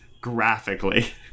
graphically